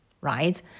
right